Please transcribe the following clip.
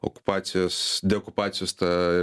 okupacijos deokupacijos ta